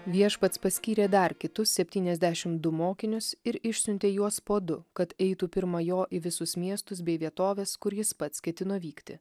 viešpats paskyrė dar kitus septyniasdešim du mokinius ir išsiuntė juos po du kad eitų pirma jo į visus miestus bei vietoves kur jis pats ketino vykti